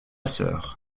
sœur